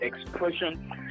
expression